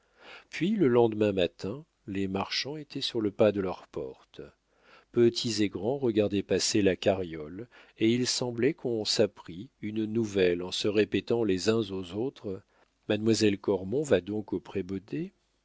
puis le lendemain matin les marchands étaient sur le pas de leurs portes petits et grands regardaient passer la carriole et il semblait qu'on s'apprît une nouvelle en se répétant les uns aux autres mademoiselle cormon va donc au prébaudet